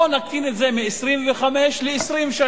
בוא נקטין את זה מ-25 שנים ל-20,